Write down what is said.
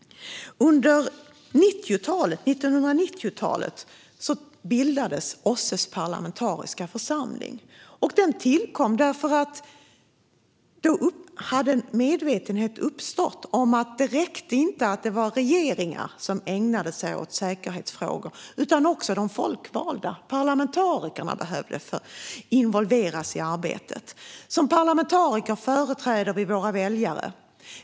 Under 1990-talet bildades OSSE:s parlamentariska församling. Den tillkom därför att en medvetenhet hade uppstått om att det inte räckte att det var regeringar som ägnade sig åt säkerhetsfrågor. Även de folkvalda parlamentarikerna behövde involveras i arbetet. Som parlamentariker företräder vi våra väljare.